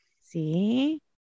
See